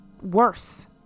worse